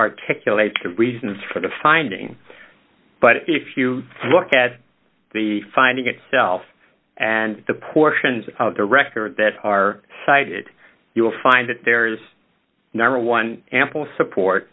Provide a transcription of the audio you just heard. articulate the reasons for the finding but if you look at the finding itself and the portions of the records that are cited you will find that there is number one ample support